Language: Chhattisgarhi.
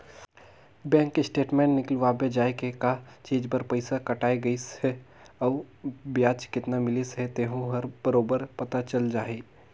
बेंक स्टेटमेंट निकलवाबे जाये के का चीच बर पइसा कटाय गइसे अउ बियाज केतना मिलिस हे तेहू हर बरोबर पता चल जाही